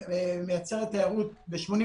לכן נצרך עכשיו להתייחס לטבריה בצורה חריגה.